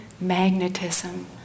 magnetism